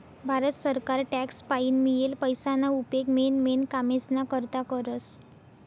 भारत सरकार टॅक्स पाईन मियेल पैसाना उपेग मेन मेन कामेस्ना करता करस